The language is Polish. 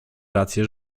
rację